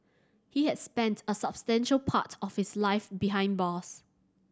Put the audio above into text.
he had spent a substantial part of his life behind bars